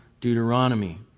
Deuteronomy